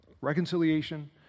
Reconciliation